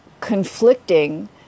conflicting